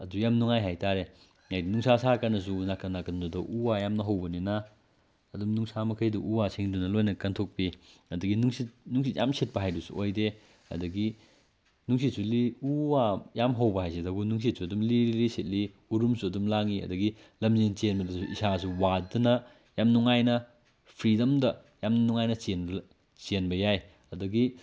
ꯑꯗꯨ ꯌꯥꯝ ꯅꯨꯡꯉꯥꯏ ꯍꯥꯏ ꯇꯥꯔꯦ ꯍꯥꯏꯗꯤ ꯅꯨꯡꯁꯥ ꯁꯥ ꯀꯥꯟꯗꯁꯨ ꯅꯥꯀꯟ ꯅꯥꯀꯟꯗꯨꯗ ꯎ ꯋꯥ ꯌꯥꯝꯅ ꯍꯧꯕꯅꯤꯅ ꯑꯗꯨꯝ ꯅꯨꯡꯁꯥ ꯃꯈꯩꯗꯣ ꯎ ꯋꯥꯁꯤꯡꯗꯨꯅ ꯂꯣꯏꯅ ꯀꯟꯊꯣꯛꯄꯤ ꯑꯗꯒꯤ ꯅꯨꯡꯁꯤꯠ ꯅꯨꯡꯁꯤꯠ ꯌꯥꯝ ꯁꯤꯠꯄ ꯍꯥꯏꯗꯨꯁꯨ ꯑꯣꯏꯗꯦ ꯑꯗꯒꯤ ꯅꯨꯡꯁꯤꯠꯁꯨ ꯎ ꯋꯥ ꯌꯥꯝ ꯍꯧꯕ ꯍꯥꯏꯁꯤꯗꯕꯨ ꯅꯨꯡꯁꯤꯠꯁꯨ ꯑꯗꯨꯝ ꯂꯤꯔꯤ ꯂꯤꯔꯤ ꯁꯤꯠꯂꯤ ꯎꯔꯨꯝꯁꯨ ꯑꯗꯨꯝ ꯂꯥꯡꯉꯤ ꯑꯗꯒꯤ ꯂꯝꯖꯦꯟ ꯆꯦꯟꯕꯗꯁꯨ ꯏꯁꯥꯁꯨ ꯋꯥꯗꯅ ꯌꯥꯝ ꯅꯨꯡꯉꯥꯏꯅ ꯐ꯭ꯔꯤꯗꯝꯗ ꯌꯥꯝ ꯅꯨꯡꯉꯥꯏꯅ ꯆꯦꯟꯕ ꯌꯥꯏ ꯑꯗꯒꯤ